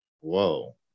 Whoa